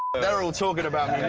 they're all talking about